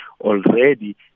already